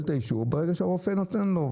את האישור ברגע שהוא ניתן על ידי רופא.